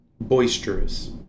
Boisterous